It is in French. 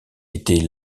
était